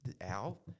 Al